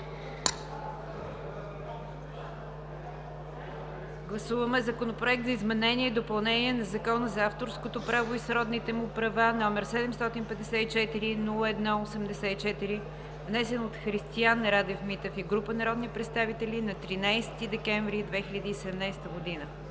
Гласуваме Законопроект за изменение и допълнение на Закона за авторското право и сродните му права, № 754-01-84, внесен от Христиан Радев Митев и група народни представители на 13 декември 2017 г.